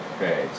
Okay